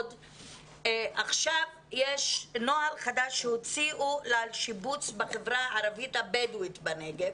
עכשיו יש נוהל חדש שהוציאו על שיבוץ בחברה הערבית הבדואית בנגב,